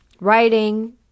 writing